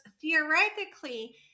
theoretically